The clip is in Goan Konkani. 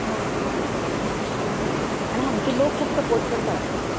ओके आनी हांगचे लोक खूब सपोर्ट करतात न्ही